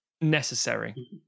necessary